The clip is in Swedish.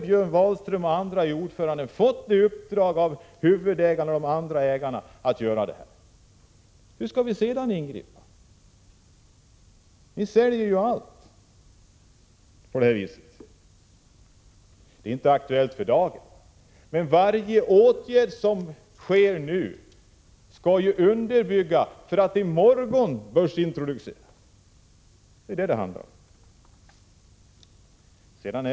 Björn Wahlström och andra ordförande har fått ett uppdrag av huvudägarna och övriga ägare. Hur skall riksdagen sedan kunna ingripa? På detta sätt säljs ju allt. Börsintroduktion är inte aktuell för dagen, säger Bo Finnkvist, men varje åtgärd som vidtas nu underbygger ju en börsintroduktion i morgon.